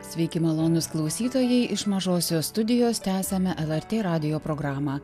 sveiki malonūs klausytojai iš mažosios studijos tęsiame lrt radijo programą